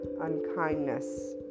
unkindness